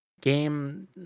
game